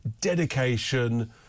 dedication